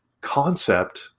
concept